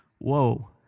Whoa